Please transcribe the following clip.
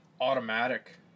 automatic